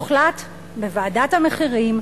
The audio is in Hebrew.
הוחלט בוועדת המחירים,